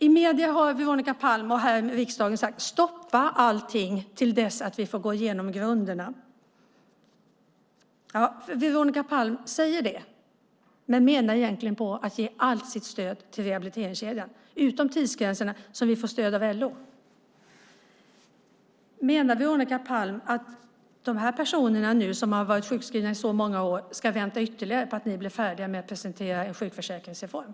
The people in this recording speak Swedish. I medierna och här i riksdagen har Veronica Palm sagt: Stoppa allting till dess att vi fått gå igenom grunderna! Veronica Palm säger det men menar egentligen att ge allt sitt stöd till rehabiliteringskedjan, utom när det gäller tidsgränserna. Där får vi stöd från LO. Menar Veronica Palm att de personer som varit sjukskrivna i väldigt många år ska vänta ytterligare på att ni blir färdiga och kan presentera er sjukförsäkringsreform?